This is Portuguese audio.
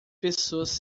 pessoas